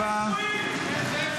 ככה --- אתם צבועים.